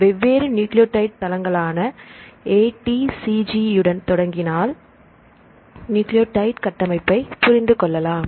வெவ்வேறு நியூக்ளியோடைடு தளங்களான A T C G உடன் தொடங்கினால் நியூக்ளியோடைடு கட்டமைப்பை புரிந்து கொள்ளலாம்